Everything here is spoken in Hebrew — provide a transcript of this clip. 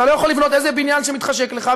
אתה לא יכול לבנות איזה בניין שמתחשק לך,